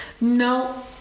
No